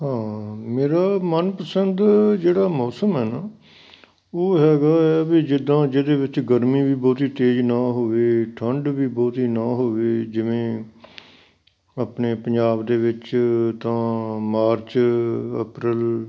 ਮੇਰਾ ਮਨਪਸੰਦ ਜਿਹੜਾ ਮੌਸਮ ਹੈ ਨਾ ਉਹ ਹੈਗਾ ਹੈ ਵੀ ਜਿੱਦਾਂ ਜਿਹਦੇ ਵਿੱਚ ਗਰਮੀ ਵੀ ਬਹੁਤੀ ਤੇਜ ਨਾ ਹੋਵੇ ਠੰਡ ਵੀ ਬਹੁਤੀ ਨਾ ਹੋਵੇ ਜਿਵੇਂ ਆਪਣੇ ਪੰਜਾਬ ਦੇ ਵਿੱਚ ਤਾਂ ਮਾਰਚ ਐਪਰਲ